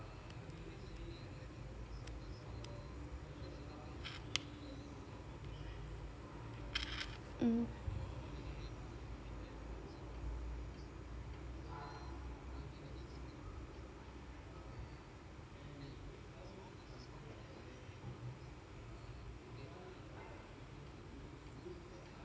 mm